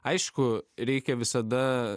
aišku reikia visada